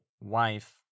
wife